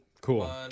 Cool